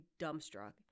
dumbstruck